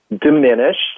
diminished